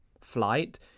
flight